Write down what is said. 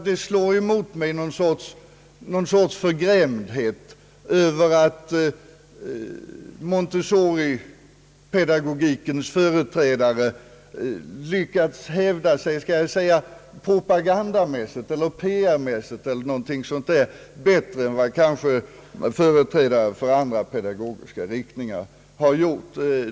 Det slår emot mig någon sorts förgrämdhet över att Montessoripedagogikens företrädare kanske inte lyckats hävda sig propagandmässigt eller PR-mässigt bättre än företrädare för andra pedagogiska riktningar.